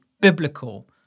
biblical